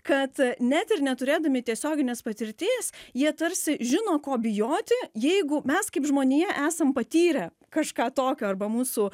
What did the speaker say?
kad net ir neturėdami tiesioginės patirties jie tarsi žino ko bijoti jeigu mes kaip žmonija esam patyrę kažką tokio arba mūsų